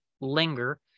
linger